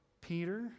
Peter